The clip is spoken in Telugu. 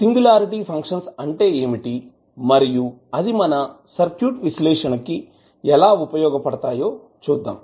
సింగులారిటీ ఫంక్షన్స్ అంటే ఏమిటి మరియు అది మన సర్క్యూట్ విశ్లేషణ కి ఎలా ఉపయోగపడతాయో చూద్దాం